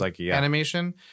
animation